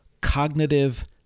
cognitive